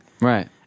Right